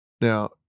Now